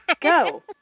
Go